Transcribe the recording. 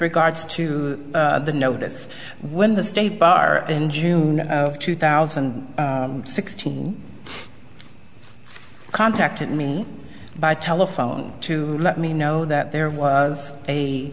regards to the notice when the state bar in june two thousand and sixteen contacted me by telephone to let me know that there was a